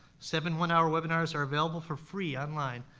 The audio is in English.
seven one-hour webinars are available for free online,